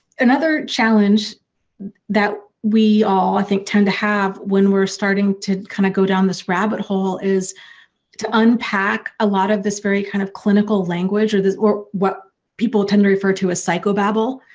another challenge that we all i think tend to have when we're starting to kind of go down this rabbit hole is to unpack a lot of this very kind of clinical language or this. or what people tend to refer to a psychobabble.